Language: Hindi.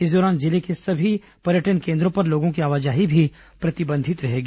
इस दौरान जिले के सभी पर्यटन केन्द्रों पर लोगों की आवाजाही भी प्रतिबंधित रहेगी